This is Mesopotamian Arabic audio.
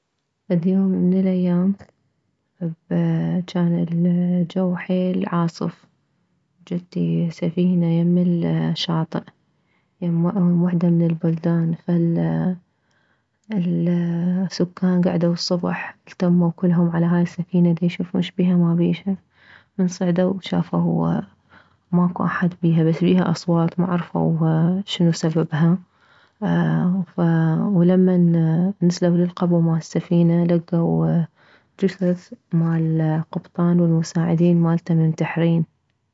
فد يوم من الايام جان الجو حيل عاصف جتي سفينة يم الشاطيء يم وحدة من البلدان فالسكان كعدو الصبح التمو كلهم على هاي السفينة ديشوفون شبيها ما بيها من صعدو شافو ماكو احد بيها بس بيها اصوات ما عرفو شنو سببها فلمن نزلو للقبو للسفينة لكو جثث مالقبطان والمساعدين مالته منتحرين